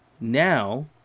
now